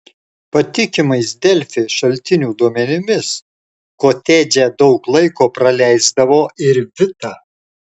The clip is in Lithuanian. patikimais delfi šaltinių duomenimis kotedže daug laiko praleisdavo ir vita